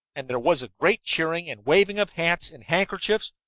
and there was great cheering and waving of hats and handkerchiefs,